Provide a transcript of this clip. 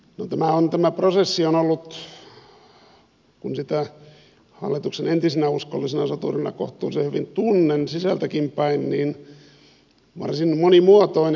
no tämä prosessi on ollut kun sitä hallituksen entisenä uskollisena soturina kohtuullisen hyvin tunnen sisältäkin päin varsin monimuotoinen